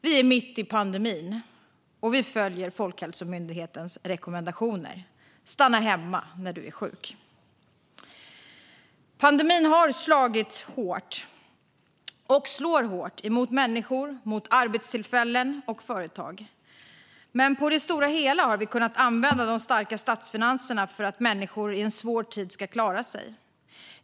Vi är mitt i pandemin, och vi följer Folkhälsomyndighetens rekommendationer: Stanna hemma när du är sjuk! Pandemin har slagit och slår hårt mot människor, arbetstillfällen och företag, men på det stora hela har vi kunnat använda de starka statsfinanserna för att människor ska klara sig i en svår tid.